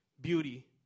beauty